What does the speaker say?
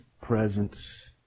presence